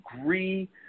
agree